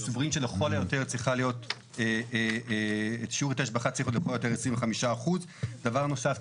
אנחנו סבורים שלכל היותר שיעור היטל ההשבחה 25%. דבר נוסף,